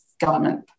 government